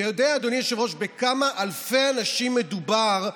אתה יודע אדוני היושב-ראש בכמה אלפי אנשים מדובר?